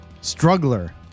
Struggler